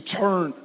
turn